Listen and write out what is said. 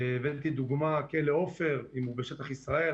הבאתי כדוגמה את כלא עופר אם הוא בשטח ישראל,